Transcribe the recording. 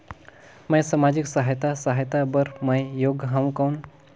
मैं समाजिक सहायता सहायता बार मैं योग हवं कौन?